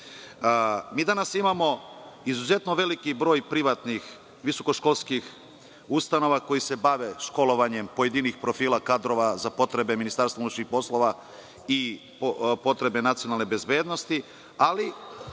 danas imamo izuzetno veliki broj privatnih visokoškolskih ustanova koje se bave školovanjem pojedinih profila kadrova za potrebe Ministarstva unutrašnjih poslova i potrebe nacionalne bezbednosti, ali